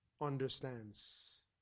understands